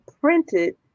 printed